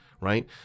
Right